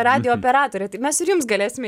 radijo operatorė tai mes ir jums galėsime